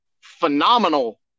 phenomenal